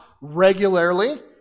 regularly